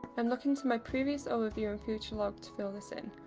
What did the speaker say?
i'm looking to my previous overview and future log to fill this in,